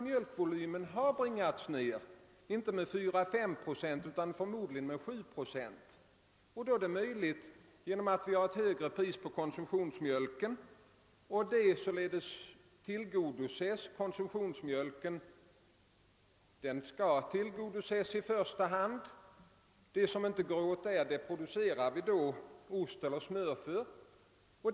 Mjölkvolymen har nämligen bringats ned inte med 4—5 procent utan förmodligen med 7 procent. Behovet av konsumtionsmjölk skall i första hand tillgodoses. Den mjölk som inte går åt för konsumtion producerar vi ost eller smör av.